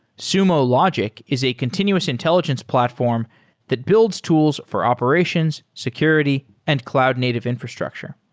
sumo logic is a continuous intelligence platform that builds tools for operations, security and cloud native infrastructure.